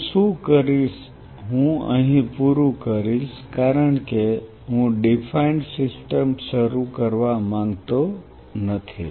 હું શું કરીશ હું અહીં પૂરું કરીશ કારણ કે હું ડીફાઈન્ડ સિસ્ટમ શરૂ કરવા માંગતો નથી